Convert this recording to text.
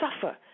suffer